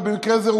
במקרה זה,